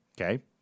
Okay